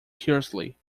curiously